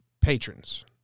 patrons